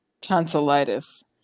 Tonsillitis